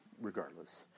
regardless